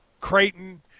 Creighton